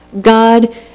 God